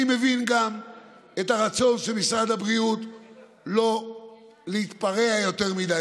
אני מבין גם את הרצון של משרד הבריאות לא להתפרע יותר מדי,